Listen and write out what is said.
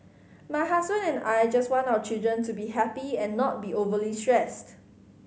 my husband and I just want our children to be happy and not be overly stressed